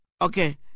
Okay